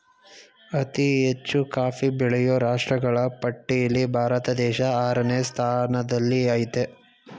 ಅತಿ ಹೆಚ್ಚು ಕಾಫಿ ಬೆಳೆಯೋ ರಾಷ್ಟ್ರಗಳ ಪಟ್ಟಿಲ್ಲಿ ಭಾರತ ದೇಶ ಆರನೇ ಸ್ಥಾನದಲ್ಲಿಆಯ್ತೆ